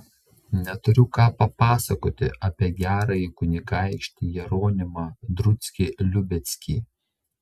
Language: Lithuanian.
neturiu ką papasakoti apie gerąjį kunigaikštį jeronimą druckį liubeckį